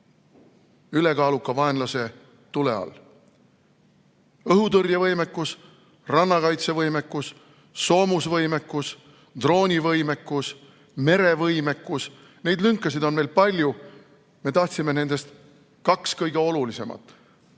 ülekaaluka vaenlase tule all. Õhutõrjevõimekus, rannakaitsevõimekus, soomusvõimekus, droonivõimekus, merevõimekus – neid lünkasid on meil veel palju. Me tahtsime nendest kaht kõige olulisemat,